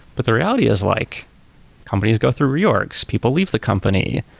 but the reality is like companies go through reorgs, people leave the company,